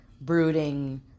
brooding